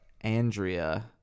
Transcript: Andrea